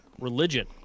religion